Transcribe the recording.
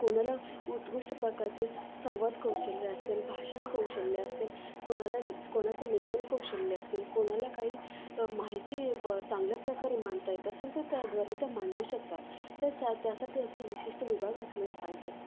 कोणाला उत्कृष्ट प्रकारचे संवाद कौशल्य असेल भाषण कौशल्य असेल कोणाला कोणाचं लेखन कौशल्य असेल कोणाला काही माहिती ब चांगल्या प्रकारे मांडता येत असेल तर त्या द्वारे त्या मांडू शकतात तसं त्यासाठी असे विशिष्ट विभाग असलेच पाहिजेत